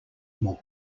more